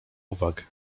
uwag